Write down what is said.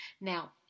Now